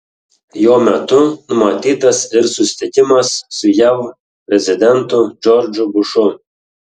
jo metu numatytas ir susitikimas su jav prezidentu džordžu bušu